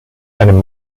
einem